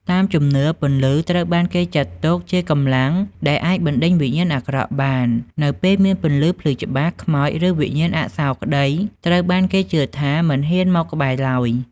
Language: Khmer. តាមជំនឿ ពន្លឺត្រូវបានគេចាត់ទុកជាកម្លាំងដែលអាចបណ្តេញវិញ្ញាណអាក្រក់បាន នៅពេលមានពន្លឺភ្លឺច្បាស់ ខ្មោច ឬវិញ្ញាណអសោកក្តីត្រូវបានគេជឿថាមិនហ៊ានមកក្បែរឡើយ ។